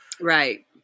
Right